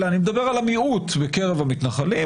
אלא אני מדבר על המיעוט בקרב המתנחלים,